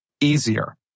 easier